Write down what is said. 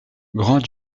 grand